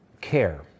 care